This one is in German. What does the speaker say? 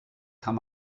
kann